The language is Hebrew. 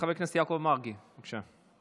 חבר הכנסת יעקב מרגי, בבקשה.